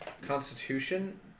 Constitution